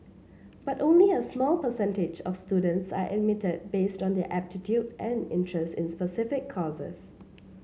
but only a small percentage of students are admitted based on their aptitude and interest in specific courses